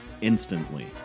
instantly